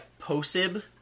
posib